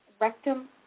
rectum